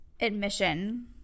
admission